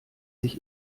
sich